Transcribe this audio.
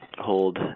hold